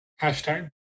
Hashtag